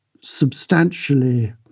substantially